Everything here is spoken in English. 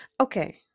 Okay